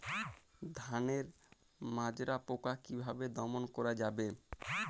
ধানের মাজরা পোকা কি ভাবে দমন করা যাবে?